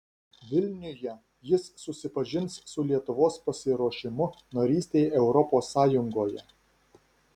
vilniuje jis susipažins su lietuvos pasiruošimu narystei europos sąjungoje